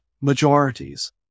majorities